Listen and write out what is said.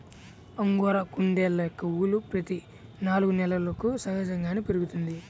angora కుందేళ్ళ యొక్క ఊలు ప్రతి నాలుగు నెలలకు సహజంగానే పెరుగుతుంది